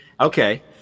Okay